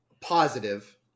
Positive